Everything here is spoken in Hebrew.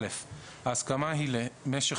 (א)ההסכמה היא להמשך